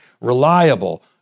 reliable